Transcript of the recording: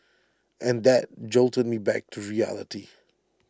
and that jolted me back to reality